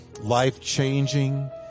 life-changing